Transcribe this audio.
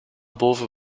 boven